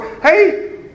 Hey